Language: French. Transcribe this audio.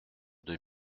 deux